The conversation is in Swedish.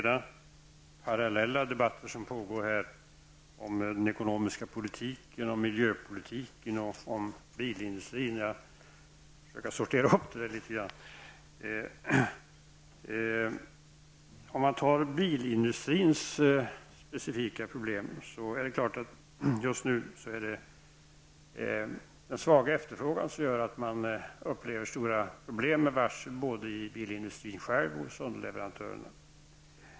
Herr talman! Det är flera parallella debatter som nu pågår -- om den ekonomiska politiken, om miljöpolitiken och om bilindustrin. Jag skall försöka sortera upp det litet grand. Bilindustrins specifika problem är att det just nu är den svaga efterfrågan som medfört problem med varsel både inom bilindustrin och hos underleverantörerna.